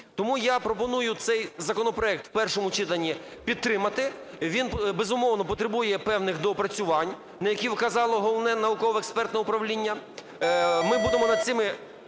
Тому я пропоную цей законопроект в першому читанні підтримати, він, безумовно, потребує певних доопрацювань, на які вказало Головне науково-експертне управління. Ми будемо над цими